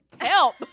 Help